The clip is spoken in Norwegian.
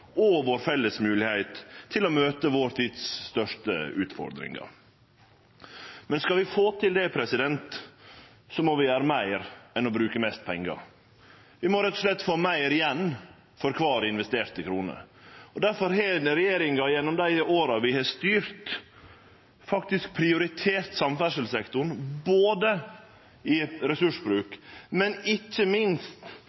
og vår felles moglegheit til å møte vår tids største utfordringar. Men skal vi få til det, må vi gjere meir enn å bruke mest pengar. Vi må rett og slett få meir igjen for kvar investerte krone. Difor har regjeringa gjennom dei åra vi har styrt, faktisk prioritert samferdselssektoren både i